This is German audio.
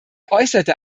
äußerte